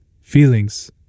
feelings